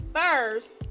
first